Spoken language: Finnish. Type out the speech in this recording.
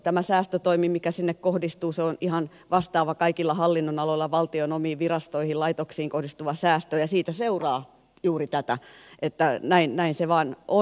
tämä säästötoimi mikä sinne kohdistuu on ihan vastaava kaikilla hallinnonaloilla valtion omiin virastoihin laitoksiin kohdistuva säästö ja siitä seuraa juuri tätä näin se vain on